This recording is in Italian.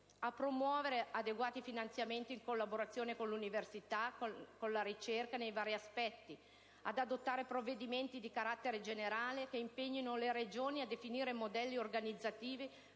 di promuovere, con adeguati finanziamenti, anche in collaborazione con l'università, la ricerca nei vari aspetti; di adottare provvedimenti di carattere generale che impegnino le Regioni a definire modelli organizzativi